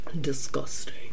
Disgusting